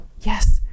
yes